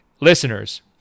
listeners